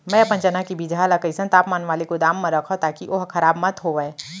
मैं अपन चना के बीजहा ल कइसन तापमान वाले गोदाम म रखव ताकि ओहा खराब मत होवय?